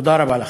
תודה רבה לכם.